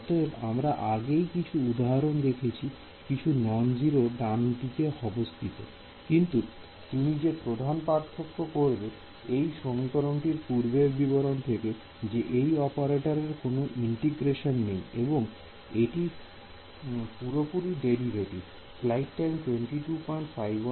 অতএব আমরা আগেই কিছু উদাহরণ দেখেছি কিছু নন 0 ডানহাতে অবস্থিত কিন্তু তুমি যে প্রধান পার্থক্য করবে এই সমীকরণে পূর্বের বিবরণ থেকে যে এই অপারেটরে কোন ইন্টিগ্রেশন নেই এবং এটি পুরোপুরি ডেরিভেটিভ